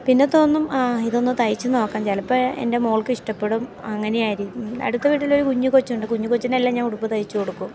പിന്നെ തോന്നും ആ ഇതൊന്ന് തയ്ച്ച് നോക്കാം ചിലപ്പോൾ എൻറ്റെ മോൾക്ക് ഇഷ്ടപ്പെടും അങ്ങനെയായിരിക്കും അടുത്ത വീട്ടിൽ ഒരു കുഞ്ഞിക്കൊച്ചുണ്ട് കുഞ്ഞ്ക്കൊച്ചിനെല്ലാം ഞാൻ ഉടുപ്പ് തയ്ച്ച് കൊടുക്കും